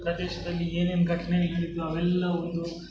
ಪ್ರದೇಶದಲ್ಲಿ ಏನೇನು ಘಟನೆಗಳ್ ನಡೀತು ಅವೆಲ್ಲ ಒಂದು